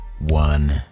one